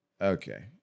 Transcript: Okay